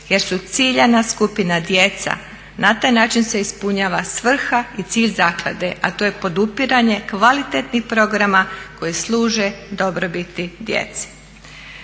jer su ciljana skupina djeca. Na taj način se ispunjava svrha i cilj zaklade, a to je podupiranje kvalitetnih programa koji služe dobrobiti djece.